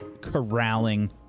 corralling